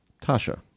Tasha